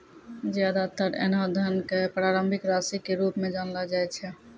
ज्यादातर ऐन्हों धन क प्रारंभिक राशि के रूप म जानलो जाय छै